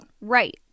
Right